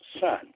son